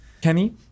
Kenny